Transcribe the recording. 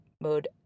mode